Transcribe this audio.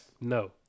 No